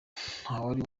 ntawari